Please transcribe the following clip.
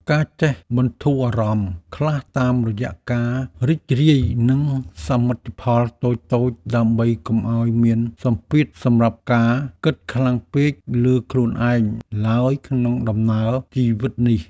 ការចេះបន្ធូរអារម្មណ៍ខ្លះតាមរយៈការរីករាយនឹងសមិទ្ធផលតូចៗដើម្បីកុំឱ្យមានសម្ពាធសម្រាប់ការគិតខ្លាំងពេកលើខ្លួនឯងឡើយក្នុងដំណើរជីវិតនេះ។